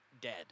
dead